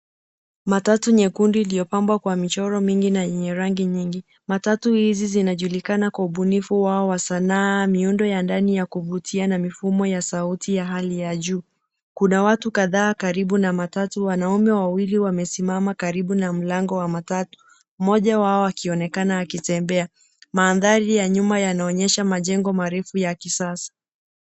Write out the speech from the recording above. Matatu nyekundu iliyopambwa kwa michoro mingi, na yenye rangi nyingi. Matatu hizi zinajulikana kwa ubunifu wao wa sanaa, muundo ya ndani ya kuvutia, na mifumo ya sauti ya hali ya juu. Kuna watu kadhaa karibu na matatu, wanaume wawili wamesimama karibu na mlango wa matatu, mmoja wao, akionekana akitembea. Mandhari ya nyuma yanaonyesha majengo marefu ya kisasa.